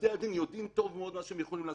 ובתי הדין יודעים טוב מאוד מה הם יכולים לעשות.